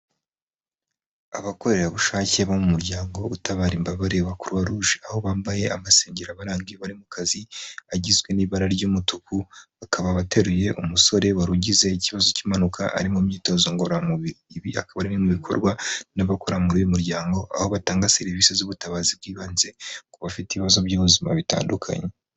Abakorerabushake bo mu muryango utabara imbabare Croix-Rouge, aho bambaye amasengeri abaranga iyo bari mu kazi. Agizwe n'ibara ry'umutuku, bakaba bateruye umusore warugize ikibazo cy'impanuka ari mu myitozo ngororamubiri; ibi akaba ari bimwe mu bikorwa n'abakora muri uyu muryango aho batanga serivisi z'ubutabazi bw'banze ku bafite ibibazo by'ubuzima bitandukanye.